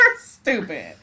stupid